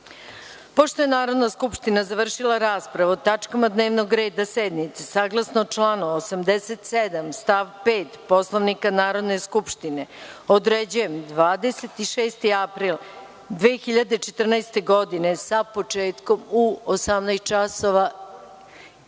je Narodna skupština završila raspravu o tačkama dnevnog reda sednice, saglasno članu 87. stav 5. Poslovnika Narodne skupštine, određujem 26. april 2014. godine, sa početkom u 18.03